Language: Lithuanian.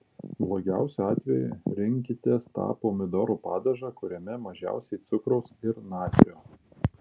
blogiausiu atveju rinkitės tą pomidorų padažą kuriame mažiausiai cukraus ir natrio